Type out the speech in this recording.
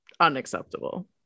unacceptable